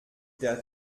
der